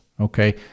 Okay